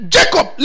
Jacob